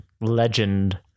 legend